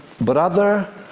brother